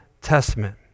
Testament